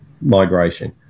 migration